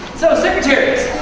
so, secretaries.